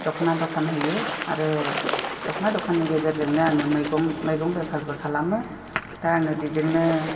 दख'ना दखान होयो आरो दख'ना दखाननि गेजेरजोंनो आङो मैगं मैगं बेफारबो खालामो दा आङो बेजोंनो